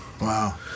Wow